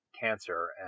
cancer